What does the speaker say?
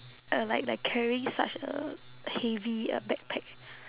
uh like like carrying such a heavy uh backpack